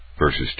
Verses